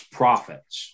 prophets